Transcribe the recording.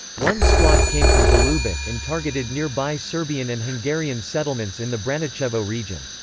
one squad came from golubac and targeted nearby serbian and hungarian settlements in the branicevo region.